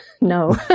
No